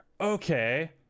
Okay